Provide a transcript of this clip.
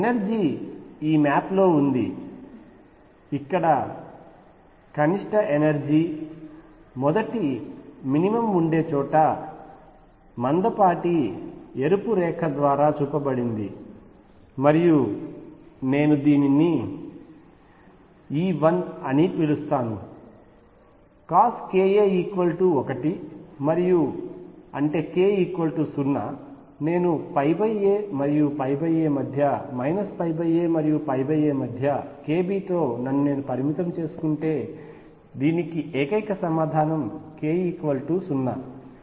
energy ఈ మ్యాప్లో ఉంది ఇక్కడ కనిష్ట ఎనర్జీ మొదటి మినిమమ్ ఉండే చోట మందపాటి ఎరుపు రేఖ ద్వారా చూపబడింది మరియు నేను దానిని E1 అని పిలుస్తాను cos ka 1 మరియు అంటే k 0 నేను a మరియు a మధ్య k b తో నన్ను నేను పరిమితం చేసుకుంటే దీనికి ఏకైక సమాధానం k 0